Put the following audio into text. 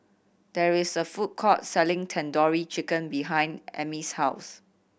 there is a food court selling Tandoori Chicken behind Emile's house